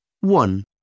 One